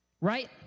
Right